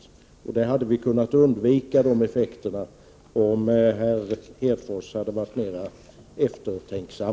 De effekterna hade vi kunnat undvika om herr Hedfors hade varit mera eftertänksam.